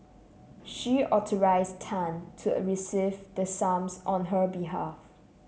she authorised Tan to receive the sums on her behalf